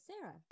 Sarah